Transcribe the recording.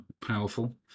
powerful